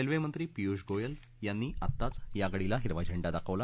रेल्वेमंत्री पियुष गोयल यांनी आताच या गाडीला हिरवा झेंडा दाखवला